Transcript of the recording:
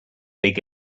big